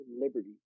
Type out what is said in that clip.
Liberty